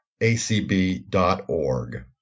acb.org